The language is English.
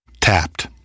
Tapped